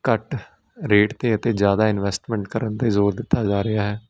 ਘੱਟ ਰੇਟ 'ਤੇ ਅਤੇ ਜ਼ਿਆਦਾ ਇਨਵੈਸਟਮੈਂਟ ਕਰਨ 'ਤੇ ਜ਼ੋਰ ਦਿੱਤਾ ਜਾ ਰਿਹਾ ਹੈ